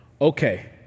okay